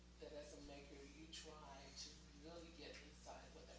that as and like a you try to really get inside what